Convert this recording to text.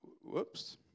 whoops